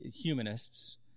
humanists